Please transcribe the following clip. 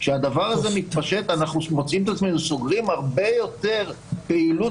כשהדבר הזה מתפשט אנחנו מוצאים את עצמנו סוגרים הרבה יותר פעילות